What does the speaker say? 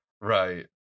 right